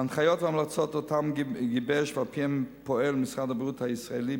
ההנחיות וההמלצות שגיבש משרד הבריאות הישראלי,